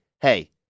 hey